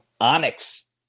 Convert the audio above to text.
Onyx